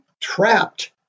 trapped